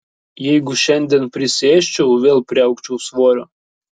jeigu šiandien prisiėsčiau vėl priaugčiau svorio